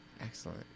excellent